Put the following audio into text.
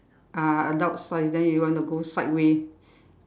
uh adult sized then you want to go sideway